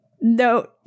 no